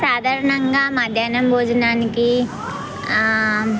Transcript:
సాధారణంగా మధ్యాహ్నం భోజనానికి